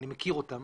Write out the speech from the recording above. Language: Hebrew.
אני מכיר אותם,